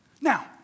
Now